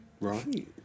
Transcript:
Right